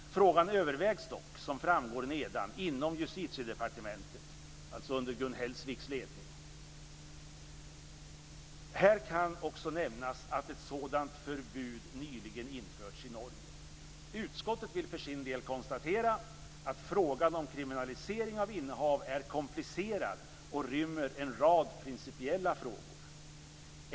Frågan övervägs dock, som framgår nedan, inom Justitiedepartementet." Det var under Gun Hellsviks ledning. "Här kan också nämnas att ett sådant förbud nyligen införts i Norge. Utskottet vill för sin del konstatera att frågan om kriminalisering av innehav är komplicerad och rymmer en rad principiella frågor.